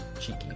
cheeky